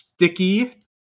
Sticky